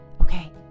okay